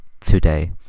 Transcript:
today